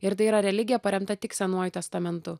ir tai yra religija paremta tik senuoju testamentu